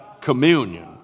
communion